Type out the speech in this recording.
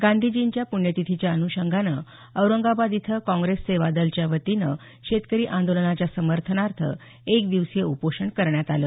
गांधीजींच्या प्ण्यतिथीच्या अन्षंगानं औरंगाबाद इथं काँप्रेस सेवादलाच्या वतीनं शेतकरी आंदोलनाच्या समर्थनार्थ एक दिवसीय उपोषण करण्यात आलं